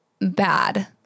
bad